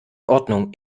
ordnung